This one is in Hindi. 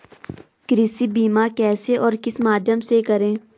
कृषि बीमा कैसे और किस माध्यम से करें?